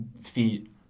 feet